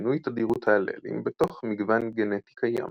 שינוי תדירות האללים בתוך מגוון גנטי קיים.